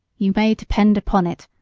you may depend upon it,